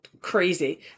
crazy